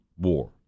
war